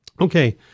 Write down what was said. Okay